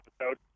episode